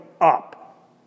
up